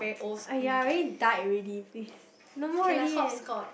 !aiya! already died already please no more already eh